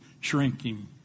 shrinking